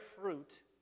fruit